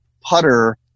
putter